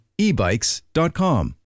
ebikes.com